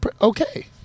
okay